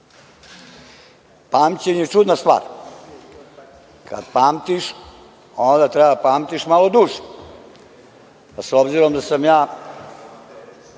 Pamćenje je čudna stvar. Kada pamtiš, onda treba da pamtiš malo duže. S obzirom da sam ja